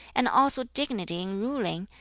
and also dignity in ruling,